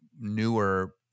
newer